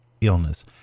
illness